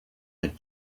had